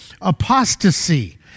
apostasy